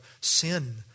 sin